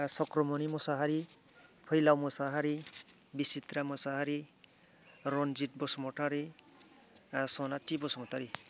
सक्र'मनि मुसाहारि फैलाव मुसाहारि बिसिट्रा मुसाहारि रनजित बसुमतारी सनाथि बसुमतारी